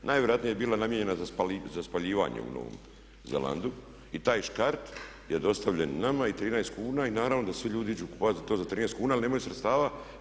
Najvjerojatnije je bila namijenjena za spaljivanje u Novom Zelandu i taj škart je dostavljen nama po 13 kuna i naravno da svi ljudi idu kupovati to za 13 kuna jer nemaju sredstava.